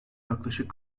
yaklaşık